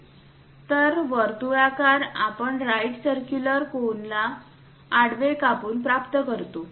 तर वर्तुळाकार आपण राईट सर्क्युलर कोनला आडवे कापून प्राप्त करू